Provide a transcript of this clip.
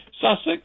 Sussex